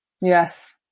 yes